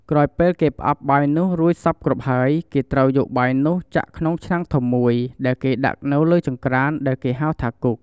ក្រោយពេលគេផ្អាប់បាយនោះរួចសព្វគ្រប់ហើយ គេត្រូវយកបាយនោះចាក់ក្នុងឆ្នាំងធំមួយដែលគេដាក់នៅលើចង្ក្រានដែលគេហៅថាគុក។